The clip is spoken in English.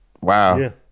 wow